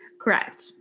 Correct